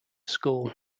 school